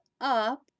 up